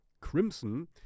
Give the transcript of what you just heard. Crimson